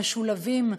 המשולבים,